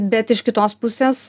bet iš kitos pusės